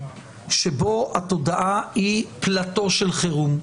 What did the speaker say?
שבו התודעה היא פלאטו של חירום.